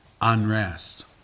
unrest